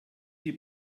die